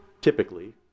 typically